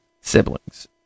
siblings